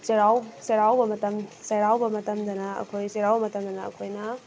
ꯆꯩꯔꯥꯎꯕ ꯃꯇꯝ ꯆꯩꯔꯥꯎꯕ ꯃꯇꯝꯗꯅ ꯑꯩꯈꯣꯏ ꯆꯩꯔꯥꯎꯕ ꯃꯇꯝꯗꯅ ꯑꯩꯈꯣꯏꯅ